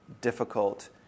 difficult